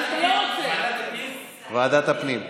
ועדת הפנים?